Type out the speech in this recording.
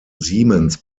siemens